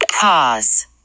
pause